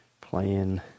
Playing